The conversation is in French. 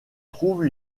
trouve